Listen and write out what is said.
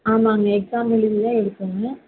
ஆமாம்ங்க எக்ஸாம் எழுதி தான் எடுக்கணும்